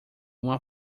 uma